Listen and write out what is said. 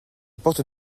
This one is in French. porte